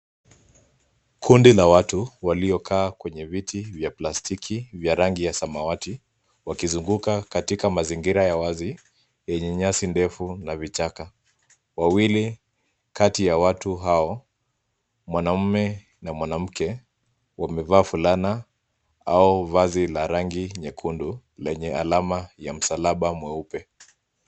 Kundi la watu waliokaa kwenye viti vya plastiki vya rangi ya samawati wakizunguka katika mazingira ya wazi yenye nyasi ndefu na vichaka. Wawili kati ya watu hao, mwanamume na mwanamke wamevaa fulana au vazi la rangi nyekundu lenye alama ya msalaba mweupe.